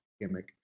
gimmick